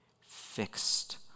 fixed